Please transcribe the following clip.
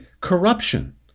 corruption